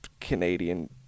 canadian